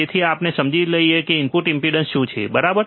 તેથી આપણે સમજીશું કે ઇનપુટ ઇમ્પેડન્સ શું છે બરાબર